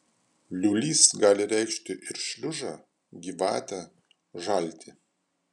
liūlys gali reikšti ir šliužą gyvatę žaltį